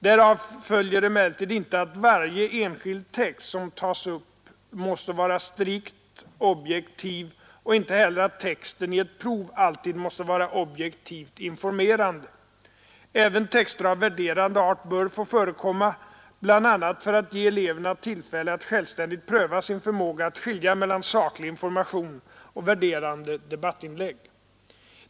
Därav följer emellertid inte att varje enskild text som tas upp måste vara strikt objektiv och inte heller att texten i ett prov alltid måste vara objektivt informerande. Även texter av värderande art bör få förekomma, bl.a. för att ge eleverna tillfälle att självständigt pröva sin förmåga att skilja mellan saklig information och värderande debattinlägg.